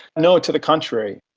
no, to the contrary.